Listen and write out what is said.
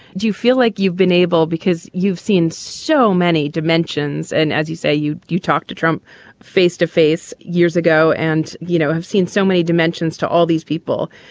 do you feel like you've been able because you've seen so many dimensions and as you say, you you talked to trump face to face years ago and you know have seen so many dimensions to all these people.